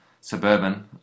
suburban